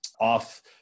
off